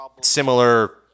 similar